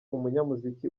umunyamuziki